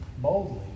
boldly